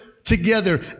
together